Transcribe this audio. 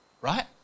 right